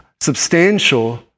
substantial